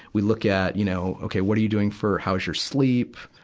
we look at, you know, okay what are you doing for, how's your sleep?